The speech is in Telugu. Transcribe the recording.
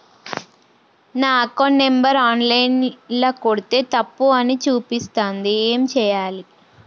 నా అకౌంట్ నంబర్ ఆన్ లైన్ ల కొడ్తే తప్పు అని చూపిస్తాంది ఏం చేయాలి?